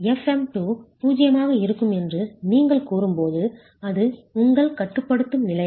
fm2 0 ஆக இருக்கும் என்று நீங்கள் கூறும்போது அது உங்கள் கட்டுப்படுத்தும் நிலையாகும்